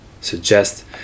suggest